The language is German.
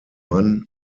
mann